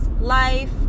life